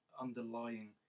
underlying